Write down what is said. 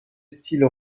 style